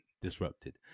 disrupted